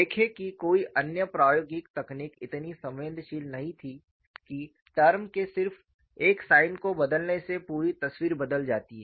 देखें कि कोई अन्य प्रायोगिक तकनीक इतनी संवेदनशील नहीं थी कि टर्म के सिर्फ एक साइन को बदलने से पूरी तस्वीर बदल जाती है